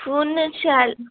phone शैल